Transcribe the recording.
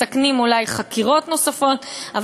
מסכן אולי חקירות נוספות,